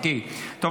טוב,